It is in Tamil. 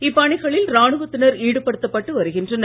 இப்பணிகளில் ராணுவத்தினர் ஈடுபடுத்தப்பட்டு வருகின்றனர்